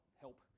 help